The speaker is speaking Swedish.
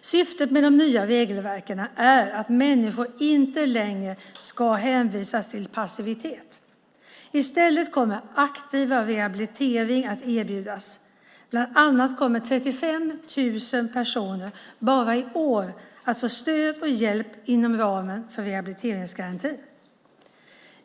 Syftet med det nya regelverket är att människor inte längre ska hänvisas till passivitet. I stället kommer aktiv rehabilitering att erbjudas. Bland annat kommer 35 000 personer bara i år att få stöd och hjälp inom ramen för rehabiliteringsgarantin.